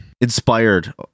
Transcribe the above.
inspired